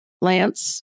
Lance